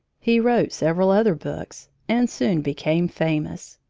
he wrote several other books and soon became famous.